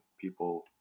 people